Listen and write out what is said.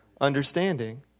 understanding